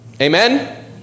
Amen